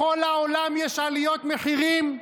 בכל העולם יש עליות מחירים?